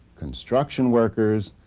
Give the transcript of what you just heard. construction workers,